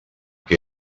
què